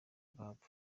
impamvu